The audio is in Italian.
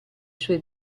sue